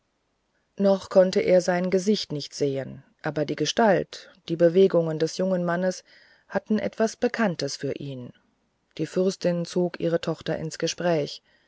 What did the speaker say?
noch konnte er sein gesicht nicht sehen aber die gestalt die bewegungen des jungen mannes hatten etwas bekanntes für ihn die fürstin zog ihre tochter ins gespräch